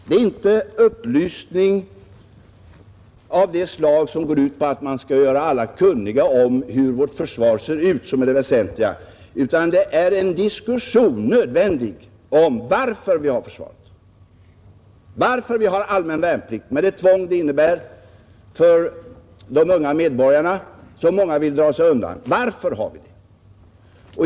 Det är inte upplysning av det slag som går ut på att man skall göra alla kunniga om hur vårt försvar ser ut som är det väsentliga, utan det är nödvändigt med en diskussion om varför vi har försvaret, varför vi har allmän värnplikt med det tvång detta innebär för de unga medborgarna, av vilka många vill dra sig undan. Varför har vi det?